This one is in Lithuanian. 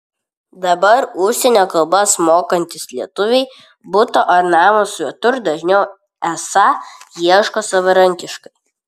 dabar užsienio kalbas mokantys lietuviai buto ar namo svetur dažniau esą ieško savarankiškai